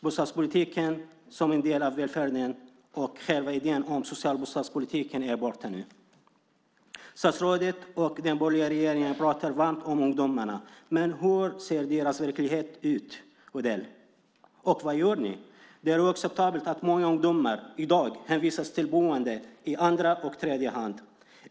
Bostadspolitiken som en del av välfärden och själva idén om en social bostadspolitik är borta nu. Statsrådet och den borgerliga regeringen talar varmt om ungdomarna. Men hur ser deras verklighet ut, Mats Odell, och vad gör ni? Det är oacceptabelt att många ungdomar i dag hänvisas till boende i andra och tredje hand.